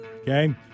Okay